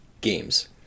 games